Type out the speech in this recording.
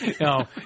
No